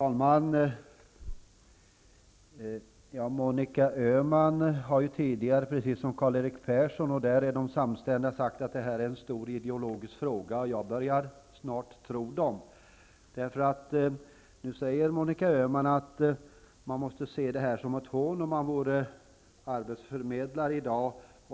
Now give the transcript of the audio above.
Herr talman! Monica Öhman har tidigare, precis som Karl-Erik Persson, sagt att detta är en stor ideologisk fråga. Och jag börjar snart tro dem. Nu säger nämligen Monica Öhman att arbetsförmedlarna måste se det som ett hån